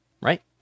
right